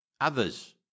Others